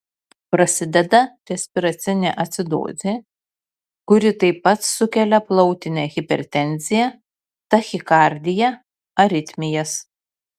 prasideda respiracinė acidozė kuri taip pat sukelia plautinę hipertenziją tachikardiją aritmijas